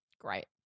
Great